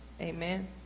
Amen